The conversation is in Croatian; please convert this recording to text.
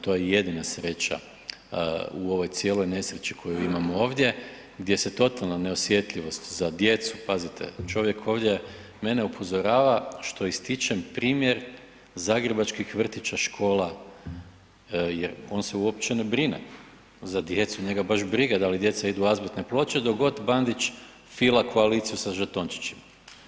To je jedina sreća u ovoj cijeloj nesreći koju imamo ovdje gdje se totalna neosjetljivost za djecu, pazite, čovjek ovdje mene upozorava što ističem primjer zagrebačkih vrtića, škola, on se uopće ne brine za djecu, njega baš briga da li djeca idu azbestne ploče dok god fila koaliciju sa žetončićima.